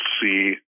see